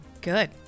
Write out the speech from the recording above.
Good